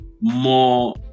more